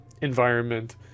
environment